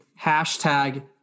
Hashtag